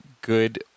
good